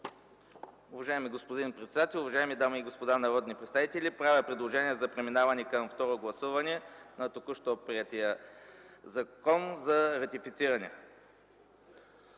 Уважаеми господин председател, уважаеми дами и господа народни представители! Правя предложение за преминаване към второ гласуване на току-що приетия закон за ратифициране.